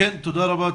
תודה רבה.